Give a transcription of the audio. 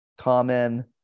common